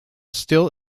still